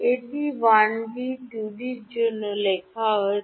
এটি 1 D 2 D এর জন্য লেখা হয়েছে